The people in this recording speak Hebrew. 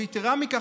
ויתרה מכך,